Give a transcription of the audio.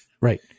Right